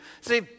see